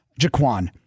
Jaquan